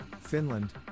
Finland